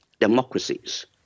democracies